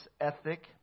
ethic